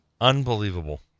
Unbelievable